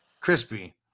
Crispy